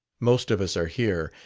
most of us are here,